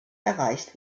erreicht